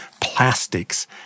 plastics